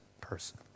person